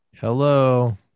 Hello